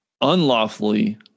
unlawfully